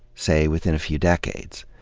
say, within a few decades.